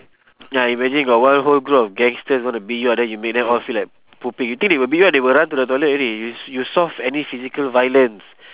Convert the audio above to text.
ya imagine got one whole group of gangsters want to beat you up then you make them all feel like pooping you think they will beat you up they will run to the toilet already you you solve any physical violence